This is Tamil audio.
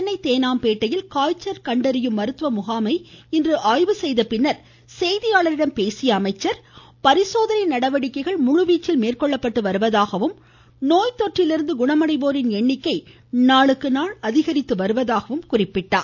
சென்னை தேனாம்பேட்டையில் காய்ச்சல் கண்டறியும் மருத்துவ முகாமை இன்று ஆய்வு செய்த பின் செய்தியாளர்களிடம் பேசிய அவர் பரிசோதனை நடவடிக்கைகள் முழுவீச்சில் மேற்கொள்ளப்பட்டு வருவதாகவும் நோய்த்தொற்றிலிருந்து குணமடைவோரின் எண்ணிக்கை நாளுக்கு நாள் அதிகரித்து வருவதாகவும் குறிப்பிட்டார்